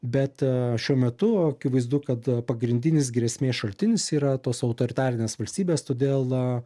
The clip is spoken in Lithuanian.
bet šiuo metu akivaizdu kad pagrindinis grėsmės šaltinis yra tos autoritarinės valstybės todėl